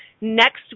next